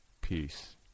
peace